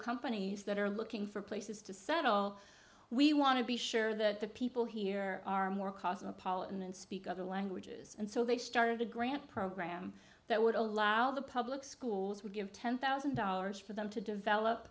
companies that are looking for places to settle we want to be sure that the people here are more cosmopolitan and speak other languages and so they started a grant program that would allow the public schools would give ten thousand dollars for them to